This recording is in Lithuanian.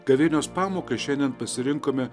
gavėnios pamokai šiandien pasirinkome